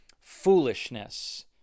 foolishness